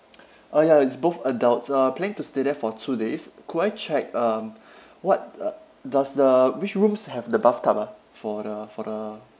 uh ya it's both adults uh planning to stay there for two days could I check um what does the which rooms have the bathtub ah for the for the